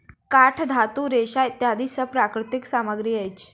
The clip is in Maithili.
काठ, धातु, रेशा इत्यादि सब प्राकृतिक सामग्री अछि